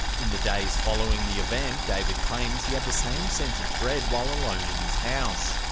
in the days following the event, david claims he had the same sense of dread while alone in his house.